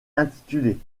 intitulée